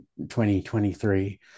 2023